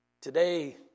Today